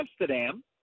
Amsterdam